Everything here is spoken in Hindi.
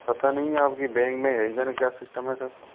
पता नहीं आपकी बैंक में है जानें क्या सिस्टम है सर